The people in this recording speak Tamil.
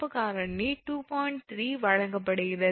3 வழங்கப்படுகிறது